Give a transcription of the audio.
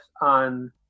on